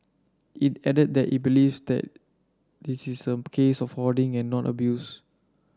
it added that it believes that this is a case of hoarding and not abuse